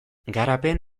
garapen